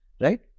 Right